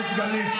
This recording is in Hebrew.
על אפך ועל חמתך.